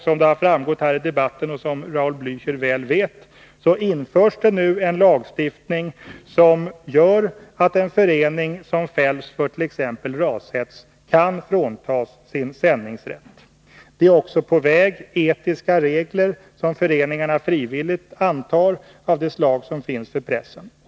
Som det har framgått av debatten och som Raul Blächer väl vet införs det nu en lagstiftning som gör att en förening som fälls för t.ex. rashets kan fråntas sin sändningsrätt. På väg är också etiska regler, som föreningarna frivilligt antar, av det slag som finns för pressen.